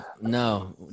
no